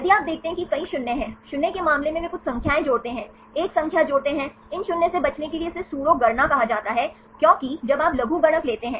यदि आप देखते हैं कि कई शून्य हैं शून्य के मामले में वे कुछ संख्याएँ जोड़ते हैं एक संख्या जोड़ते हैं इन शून्य से बचने के लिए इसे सूडो गणना कहा जाता है क्योंकि जब आप लघुगणक लेते हैं